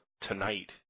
Tonight